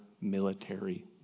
military